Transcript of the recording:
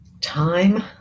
time